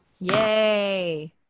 Yay